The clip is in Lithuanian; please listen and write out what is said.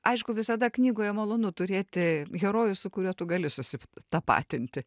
aišku visada knygoje malonu turėti herojų su kuriuo tu gali susitapatinti